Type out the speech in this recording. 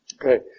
Okay